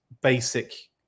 basic